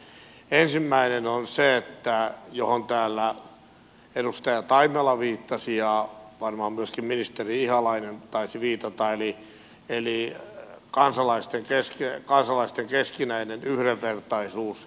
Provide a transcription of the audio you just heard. ensimmäinen on se mihin täällä edustaja taimela viittasi ja varmaan myöskin ministeri ihalainen taisi viitata eli kansalaisten keskinäinen yhdenvertaisuus